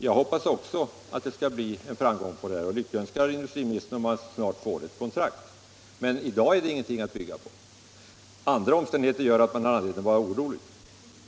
Jag hoppas också att det skall bli en framgång och jag lyckönskar industriministern om han snart får ett kontrakt, men i dag är det ingenting att bygga på. Andra omständigheter gör att man har anledning att vara orolig.